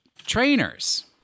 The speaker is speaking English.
Trainers